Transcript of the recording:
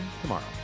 tomorrow